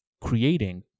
creating